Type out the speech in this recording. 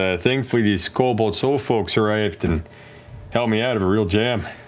ah thankfully, these cobalt soul folks arrived and helped me out of a real jam.